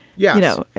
yeah. you know,